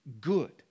good